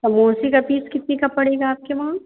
समोसे का पीस कितने का पड़ेगा आपके वहाँ